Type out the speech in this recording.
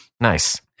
Nice